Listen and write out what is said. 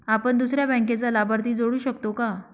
आपण दुसऱ्या बँकेचा लाभार्थी जोडू शकतो का?